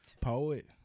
Poet